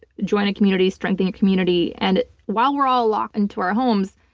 join a community, strengthen a community. and while we're all locked into our homes,